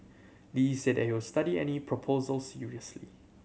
Lee said that he would study any proposal seriously